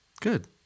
Good